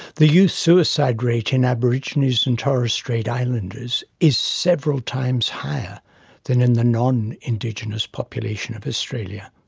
the youth suicide rate in aborigines and torres straight islanders is several times higher than in the non-indigenous population of australia.